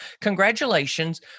congratulations